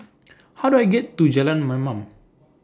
How Do I get to Jalan Mamam